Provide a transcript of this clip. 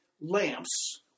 lamps